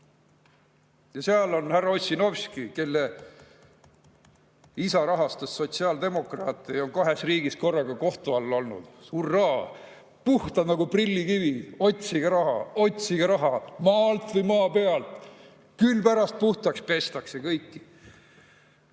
seal on härra Ossinovski, kelle isa rahastas sotsiaaldemokraate ja on olnud kahes riigis korraga kohtu all. Hurraa! Puhtad nagu prillikivi! Otsige raha, otsige raha maa alt või maa pealt! Küll pärast puhtaks pestakse kõiki.